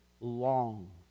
long